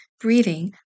breathing